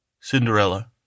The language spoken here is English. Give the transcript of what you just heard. Cinderella